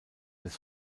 des